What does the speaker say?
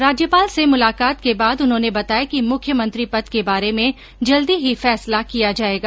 राज्यपाल से मुलाकात के बाद उन्होंने बताया कि मुख्यमंत्री पद के बारे में जल्दी ही फैसला किया जाएगा